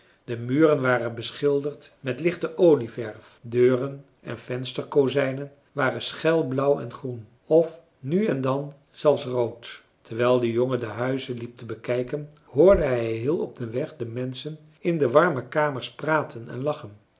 de muren waren beschilderd met lichte olieverf deuren en vensterkozijnen waren schel blauw en groen of nu en dan zelfs rood terwijl de jongen de huizen liep te bekijken hoorde hij heel op den weg de menschen in de warme kamers praten en lachen